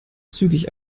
zügig